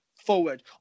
forward